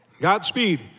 Godspeed